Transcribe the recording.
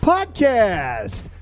Podcast